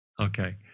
Okay